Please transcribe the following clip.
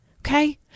Okay